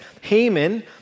Haman